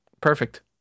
perfect